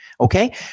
okay